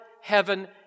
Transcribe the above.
heaven